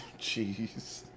Jeez